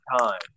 time